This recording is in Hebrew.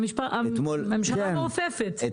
היום י"ד באדר א' תשפ"ב, 15 בפברואר 2022. על סדר